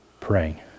praying